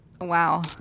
Wow